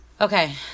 Okay